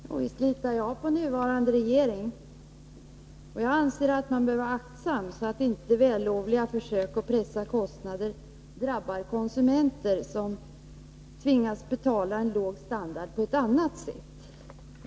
Fru talman! Visst litar jag på nuvarande regering. Men jag anser att man bör vara aktsam, så att inte vällovliga försök att pressa kostnader drabbar konsumenter, som tvingas att betala en låg standard på ett annat sätt.